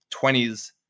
20s